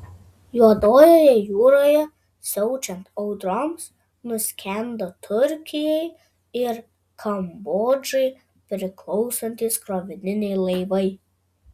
juodojoje jūroje siaučiant audroms nuskendo turkijai ir kambodžai priklausantys krovininiai laivai